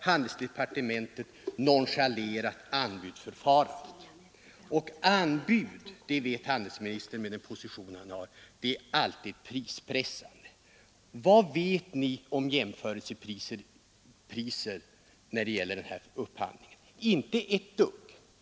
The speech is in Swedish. Grundfelet är att departementet nonchalerat anbudsförfarandet. Anbud är alltid prispressande — det vet handelsministern med den position han har. Vad vet Ni om jämförelsepriser när det gäller den här upphandlingen? Inte ett dugg!